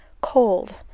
cold